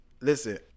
listen